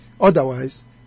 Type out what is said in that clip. Otherwise